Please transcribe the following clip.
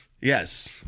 Yes